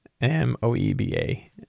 M-O-E-B-A